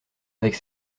avec